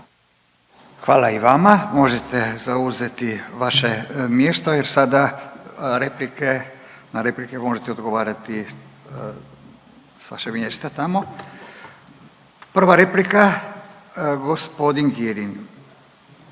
Hvala i vama, možete zauzeti vaše mjesto jer sada replike, na replike možete odgovarati s vašeg mjesta tamo. Prva replika gospodin Kirin.